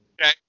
Okay